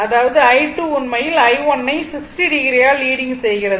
அதாவது i2 உண்மையில் i1 ஐ 60o ஆல் லீடிங் செய்கிறது